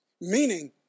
meaning